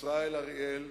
ישראל אריאל,